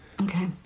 okay